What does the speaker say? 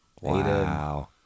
Wow